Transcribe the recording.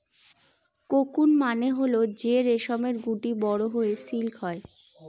cocoon মানে হল যে রেশমের গুটি বড়ো হয়ে সিল্ক হয়